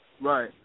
Right